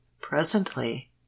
presently